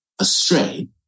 astray